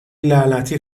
لعنتی